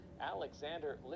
Alexander